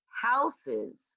houses